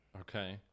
Okay